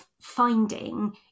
finding